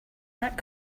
that